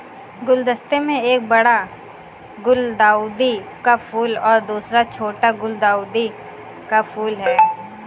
गुलदस्ते में एक बड़ा गुलदाउदी का फूल और दूसरा छोटा गुलदाउदी का फूल है